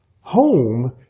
home